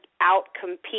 out-compete